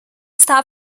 está